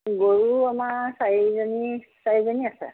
গৰু আমাৰ চাৰিজনী চাৰিজনী আছে